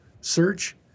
search